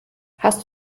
hast